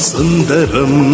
Sundaram